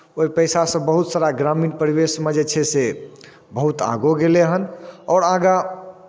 ओहि पैसासँ बहुत सारा ग्रामीण परिवेशमे जे छै से बहुत आगोँ गेलै हन आओर आगाँ